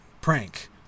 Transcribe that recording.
prank